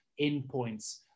endpoints